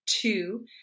two